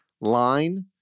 line